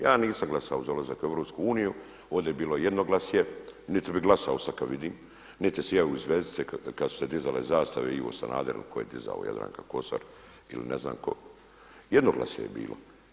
Ja nisam glasao za ulazak u EU, ovdje je bilo jednoglasje, niti bi glasao sada kad vidim, niti sijaju zvjezdice kada su se dizale zastave, Ivo Sanader ko je dizao, Jadranka Kosor ili ne znam tko, jednoglasje je bilo.